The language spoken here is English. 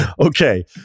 okay